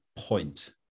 point